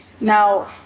Now